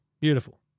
beautiful